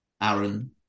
Aaron